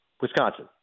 Wisconsin